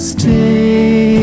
Stay